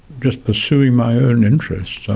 just pursuing my own interests.